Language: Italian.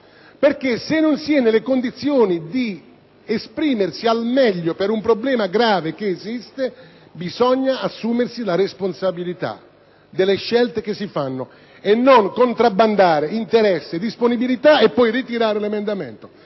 perché se non si è nelle condizioni di esprimersi al meglio per un problema grave, che esiste, bisogna assumersi la responsabilità delle scelte che si fanno, e non contrabbandare interessi e disponibilità e poi ritirare l'emendamento.